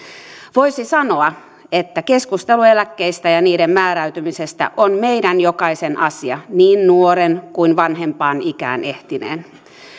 voisi sanoa että keskustelu eläkkeistä ja niiden määräytymisestä on meidän jokaisen asia niin nuoren kuin vanhempaan ikään ehtineen